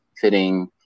fitting